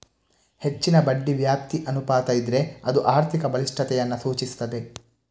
ಹೆಚ್ಚಿನ ಬಡ್ಡಿ ವ್ಯಾಪ್ತಿ ಅನುಪಾತ ಇದ್ರೆ ಅದು ಆರ್ಥಿಕ ಬಲಿಷ್ಠತೆಯನ್ನ ಸೂಚಿಸ್ತದೆ